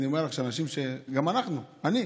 אני אומר לך שאנשים, גם אנחנו, אני,